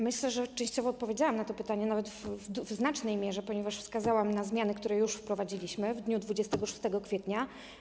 Myślę, że częściowo odpowiedziałam na to pytanie, nawet w znacznej mierze, ponieważ wskazałam zmiany, które już wprowadziliśmy w dniu 26 kwietnia.